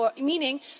meaning